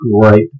great